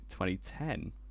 2010